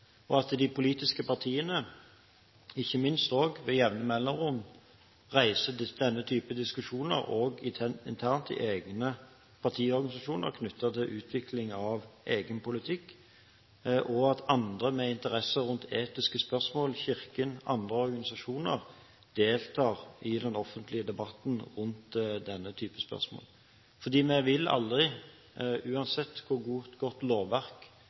at de politiske partiene, ikke minst, med jevne mellomrom reiser denne typen diskusjoner internt i egne partiorganisasjoner knyttet til utvikling av egen politikk, og at andre med interesser rundt etiske spørsmål – Kirken og andre organisasjoner – deltar i den offentlige debatten rundt denne typen spørsmål. Vi vil aldri, uansett hvor godt lovverk